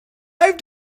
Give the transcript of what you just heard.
have